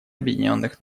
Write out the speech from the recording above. объединенных